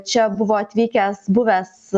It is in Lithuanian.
čia buvo atvykęs buvęs